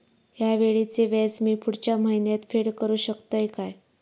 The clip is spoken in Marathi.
हया वेळीचे व्याज मी पुढच्या महिन्यात फेड करू शकतय काय?